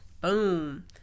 Boom